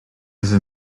veut